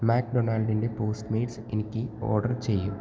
മാക്ഡൊണാൾഡിൻ്റെ Postmates എനിക്ക് order ചെയ്യൂ